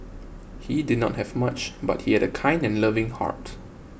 he did not have much but he had a kind and loving heart